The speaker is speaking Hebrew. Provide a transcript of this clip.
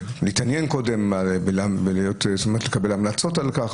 להתעניין קודם ולקבל המלצות על כך,